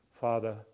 Father